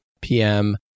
PM